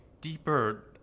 deeper